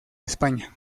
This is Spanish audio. españa